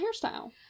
hairstyle